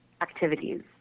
activities